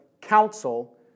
counsel